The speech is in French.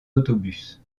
autobus